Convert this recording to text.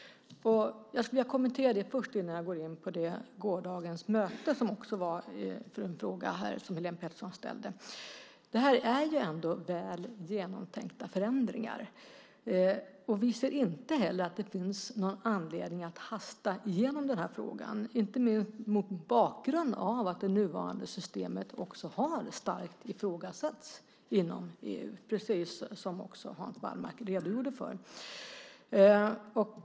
Jag skulle vilja kommentera det innan jag går in på gårdagens möte - detta med anledning av en fråga som Helene Petersson ställt. Det här är ändå väl genomtänkta förändringar. Vi ser inte att det finns någon anledning att hasta igenom frågan, inte minst mot bakgrund av att det nuvarande systemet starkt har ifrågasatts inom EU, precis som Hans Wallmark redogjorde för.